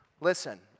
listen